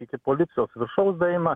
iki policijos viršaus daeina